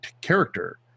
character